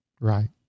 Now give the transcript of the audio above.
Right